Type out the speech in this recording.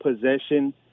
possession